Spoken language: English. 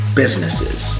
businesses